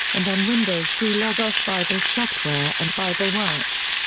and on windows through logos bible software and bibleworks.